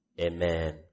Amen